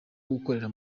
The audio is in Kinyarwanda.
gukorera